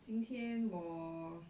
今天我